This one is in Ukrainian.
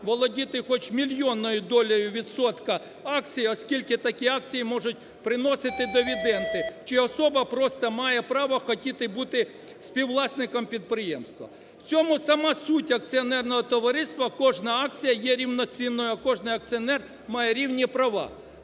володіти хоч мільйонною долею відсотка акцій, оскільки такі акції можуть приносити дивіденди, чи особа просто має право хотіти бути співвласником підприємства. В цьому сама суть акціонерного товариства, кожна акція є рівноцінною, а кожний акціонер має рівні права.